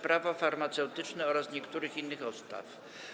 Prawo farmaceutyczne oraz niektórych innych ustaw.